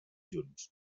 junts